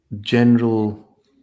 general